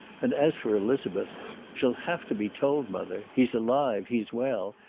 and as for elizabeth she'll have to be told, mother. he's alive. he's well.